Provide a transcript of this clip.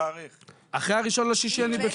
אחרי ה-1.6 אני בפנים?